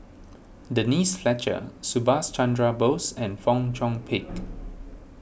Denise Fletcher Subhas Chandra Bose and Fong Chong Pik